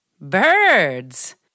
Birds